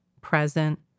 present